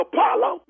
Apollo